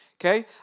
okay